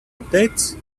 updates